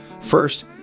First